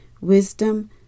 wisdom